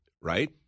right